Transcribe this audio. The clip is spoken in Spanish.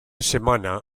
semana